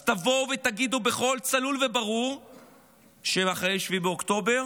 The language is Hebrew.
אז תבואו ותגידו בקול צלול וברור שאחרי 7 באוקטובר